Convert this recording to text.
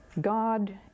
God